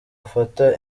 afata